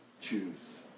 Choose